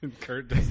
Kurt